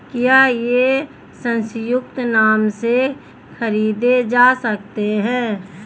क्या ये संयुक्त नाम से खरीदे जा सकते हैं?